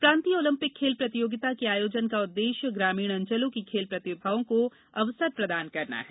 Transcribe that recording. प्रांतीय ओलंपिक खेल प्रतियोगिता के आयोजन का उद्देष्य ग्रामीण अंचलों की खेल प्रतिभाओं को अवसर प्रदान करना है